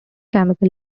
chemical